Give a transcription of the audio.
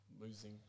losing